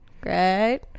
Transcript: great